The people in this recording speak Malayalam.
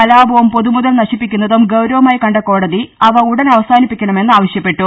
കലാപവും പൊതുമുതൽ നശി പ്പിക്കുന്നതും ഗൌരവമായി കണ്ട കോടതി അവ ഉടൻ അവസാനി പ്പിക്കണമെന്ന് ആവശ്യപ്പെട്ടു